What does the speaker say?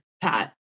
Pat